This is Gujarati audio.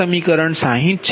આ સમીકરણ 60 છે